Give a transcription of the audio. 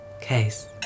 Case